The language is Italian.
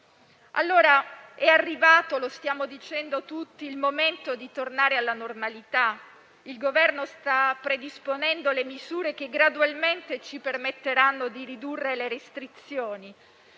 ferma. È arrivato - lo stiamo dicendo tutti - il momento di tornare alla normalità. Il Governo sta predisponendo le misure che gradualmente ci permetteranno di ridurre le restrizioni.